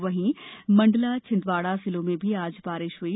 वहीं मण्डला छिंदवाड़ा जिलो में भी आज बारिश हई